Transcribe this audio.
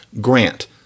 grant